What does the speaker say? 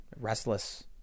restless